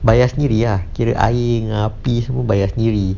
bayar sendiri ah kira air dengan api semua bayar sendiri